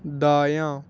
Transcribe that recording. دایاں